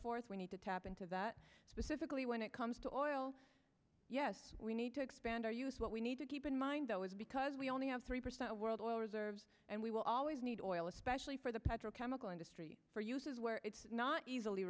forth we need to tap into that specifically when it comes to oil yes we need to expand our use what we need to keep in mind though is because we only have three percent of world oil reserves and we will always need oil especially for the petrochemical industry for uses where it's not easily